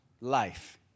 life